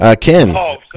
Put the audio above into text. Ken